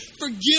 forgive